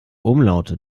umlaute